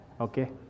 okay